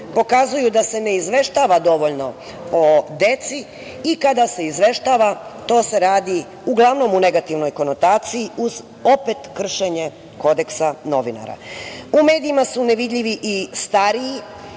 pokazuju da se ne izveštava dovoljno o deci i kada se izveštava to se radi uglavnom u negativnoj konotaciji uz opet kršenje kodeksa novinara.U medijima su nevidljivi i stariji,